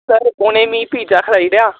sir उनें मिगी pizza खलाई ओड़ेआ